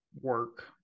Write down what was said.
work